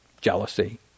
jealousy